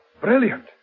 Brilliant